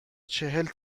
چهل